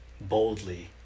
boldly